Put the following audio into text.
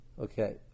Okay